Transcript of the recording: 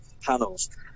panels